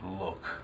look